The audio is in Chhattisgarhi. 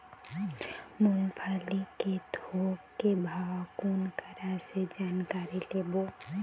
मूंगफली के थोक के भाव कोन करा से जानकारी लेबो?